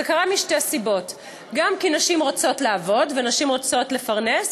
זה קרה משתי סיבות: גם כי נשים רוצות לעבוד ונשים רוצות לפרנס,